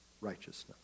righteousness